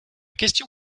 question